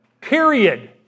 Period